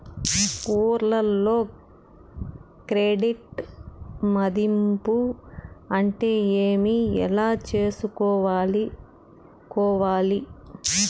ఊర్లలో క్రెడిట్ మధింపు అంటే ఏమి? ఎలా చేసుకోవాలి కోవాలి?